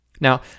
Now